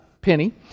Penny